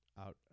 out